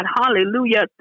Hallelujah